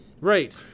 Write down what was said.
Right